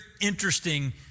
interesting